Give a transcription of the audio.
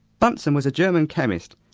bunsen was a german chemist.